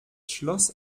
schloss